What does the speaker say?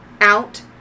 out